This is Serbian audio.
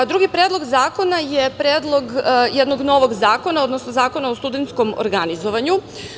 Drugi Predlog zakona je predlog jednog novog zakona, odnosno Zakona o studentskom organizovanju.